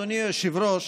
אדוני היושב-ראש,